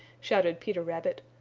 shouted peter rabbit.